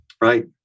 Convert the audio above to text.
Right